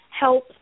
help